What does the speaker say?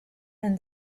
and